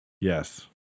Yes